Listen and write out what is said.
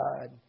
God